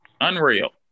Unreal